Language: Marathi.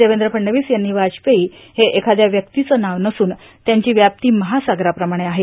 देवेंद्र फडणवीस यांनी वाजपेयी हे एखादा व्यक्तीचं नाव नसून त्यांची व्याप्ती महासागराप्रमाणे आहे